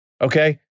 Okay